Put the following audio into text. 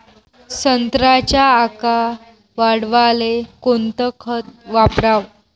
संत्र्याचा आकार वाढवाले कोणतं खत वापराव?